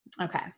Okay